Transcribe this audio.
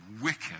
wicked